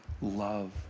love